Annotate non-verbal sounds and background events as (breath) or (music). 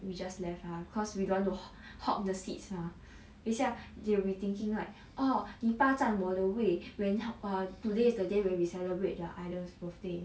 we just left ah cause we don't want to hog hog the seats mah 等一下 they will be thinking like orh 你霸占我的位 when (breath) today is the day when we celebrate the idol's birthday